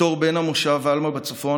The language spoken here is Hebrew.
בתור בן המושב עלמה בצפון,